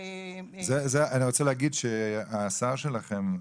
אני רוצה להגיד שהשר שלכם,